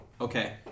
Okay